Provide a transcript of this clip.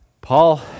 Paul